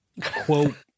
quote